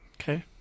Okay